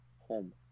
home